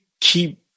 keep